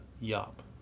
Yop